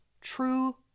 true